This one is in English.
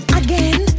again